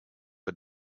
for